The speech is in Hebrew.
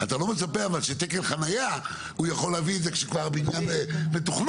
אתה לא מצפה אבל שתקן חניה הוא יכול להביא את זה כשכבר הבניין מתוכנן,